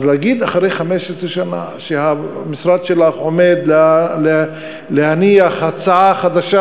אז להגיד אחרי 15 שנה שהמשרד שלך עומד להניח הצעה חדשה?